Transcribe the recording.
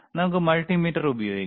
നമുക്ക് മൾട്ടിമീറ്റർ ഉപയോഗിക്കാം